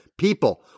people